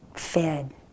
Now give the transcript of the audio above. fed